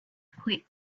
point